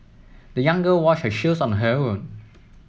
the young girl washed her shoes on her own